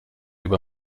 über